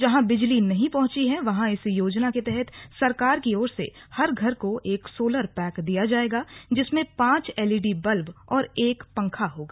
जहां बिजली नहीं पहुंची है वहां इस योजना के तहत सरकार की ओर से हर घर को एक सोलर पैक दिया जाएगा जिसमें पांच एलईडी बल्ब और एक पंखा होगा